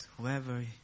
whoever